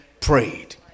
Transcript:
prayed